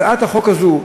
הצעת החוק הזאת,